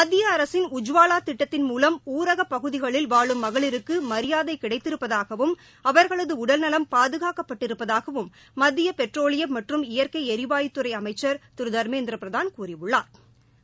மத்திய அரசின் உஜ்வாவா திட்டத்தின் மூவம் ஊரக பகுதிகளில் வாழும் மகளிருக்கு மரியாதை கிடைத்திருப்பதாகவும் அவா்களது உடல்நலம் பாதுகாக்கப்பட்டிருப்பதாகவும் மத்திய பெட்ரோலியம் மற்றும் இயற்கை எரிவாயுத்துறை அமைச்சா் திரு தா்மேந்திர பிரதான் கூறியுள்ளாா்